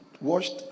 washed